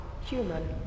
human